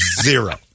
Zero